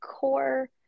core